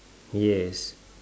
yes